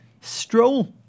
stroll